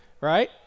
right